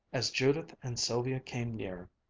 as judith and sylvia came near,